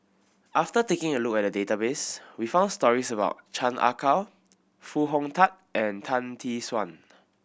after taking a look at the database we found stories about Chan Ah Kow Foo Hong Tatt and Tan Tee Suan